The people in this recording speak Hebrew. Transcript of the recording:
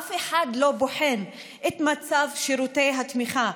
אף אחד לא בוחן את מצב שירותי התמיכה,